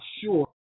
sure